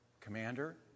Commander